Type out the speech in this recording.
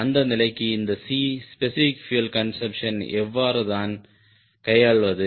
அந்த நிலைக்கு இந்த C ஸ்பெசிபிக் பியூயல் கன்சம்ப்ஷனை எவ்வாறு நான் கையாள்வது